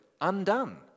undone